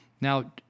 Now